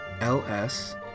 ls